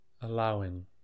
allowing